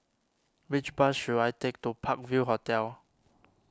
which bus should I take to Park View Hotel